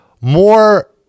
more